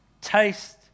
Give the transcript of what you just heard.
Taste